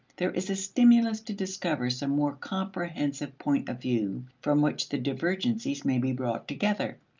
there is a stimulus to discover some more comprehensive point of view from which the divergencies may be brought together,